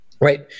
right